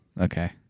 Okay